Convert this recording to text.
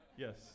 Yes